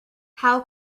how